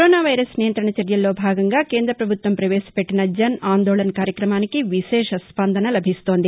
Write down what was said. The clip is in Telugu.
కరోనా వైరస్ నియంత్రణ చర్యల్లో భాగంగా కేంద్రపభుత్వం ప్రవేశపెట్టిన జన్ ఆందోళన్ కార్యక్రమానికి విశేష స్పందన లభిస్తోంది